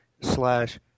slash